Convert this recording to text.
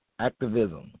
activism